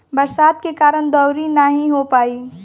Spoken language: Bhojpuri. बरसात के कारण दँवरी नाइ हो पाई